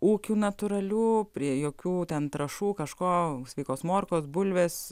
ūkių natūralių prie jokių ten trąšų kažko sveikos morkos bulvės